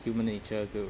human nature to